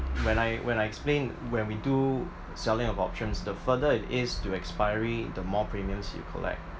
when I when I explain when we do selling of options the further it is to expiry the more premiums you collect